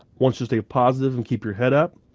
want you to stay positive and keep your head up.